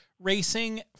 racing